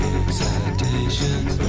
excitations